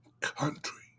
country